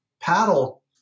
paddle